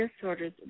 disorders